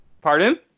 Pardon